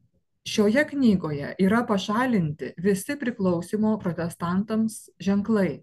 šioje knygoje yra pašalinti visi priklausymo protestantams ženklai